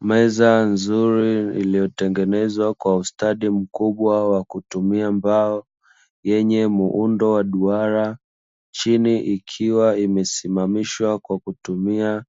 Meza nzuri iliyotengenezwa kwa ustadi mkubwa wa kutumia mbao yenye muundo wa duara. Chini ikiwa imesimamishwa kwa kutumia